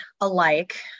alike